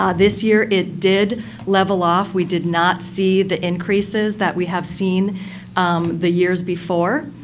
ah this year it did level off. we did not see the increases that we have seen the years before.